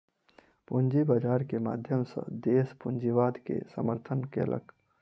पूंजी बाजार के माध्यम सॅ देस पूंजीवाद के समर्थन केलक